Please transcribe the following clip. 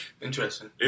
interesting